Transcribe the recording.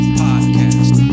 podcast